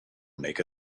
make